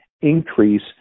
increase